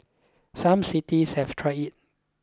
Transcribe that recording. some cities have tried it